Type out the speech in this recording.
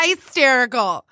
Hysterical